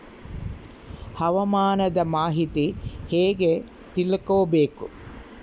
ಹವಾಮಾನದ ಮಾಹಿತಿ ಹೇಗೆ ತಿಳಕೊಬೇಕು?